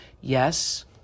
yes